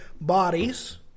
bodies